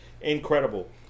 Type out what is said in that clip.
Incredible